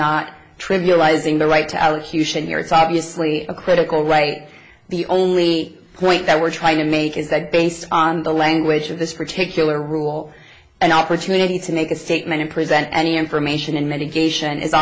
not trivializing the right to our hughson here it's obviously a critical right the only point that we're trying to make is that based on the language of this particular rule an opportunity to make a statement and present any information in mitigation is